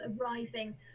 arriving